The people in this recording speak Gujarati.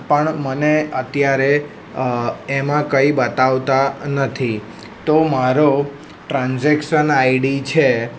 પણ મને અત્યારે એમાં કંઈ બતાવતા નથી તો મારો ટ્રાન્ઝેક્શન આઈડી છે